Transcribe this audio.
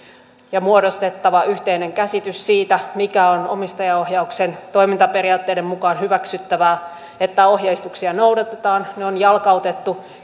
ja muodostettava yhteinen käsitys siitä mikä on omistajaohjauksen toimintaperiaatteiden mukaan hyväksyttävää että ohjeistuksia noudatetaan ne on jalkautettu